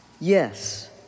Yes